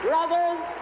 Brothers